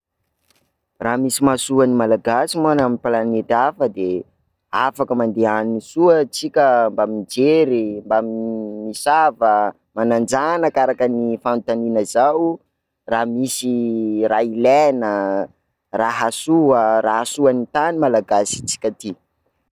Raha misy mahasoa ny Malagasy moa any amin'ny planety hafa de afaka mandeha any soa antsika mba mijery, mba m- misava, mananjanaka araka ny fanontaniana zao, raha misy raha ilaina, raha hasoa ny tany malagasintsika ty.